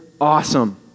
awesome